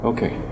Okay